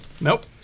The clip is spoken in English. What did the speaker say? Nope